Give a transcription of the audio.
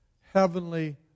heavenly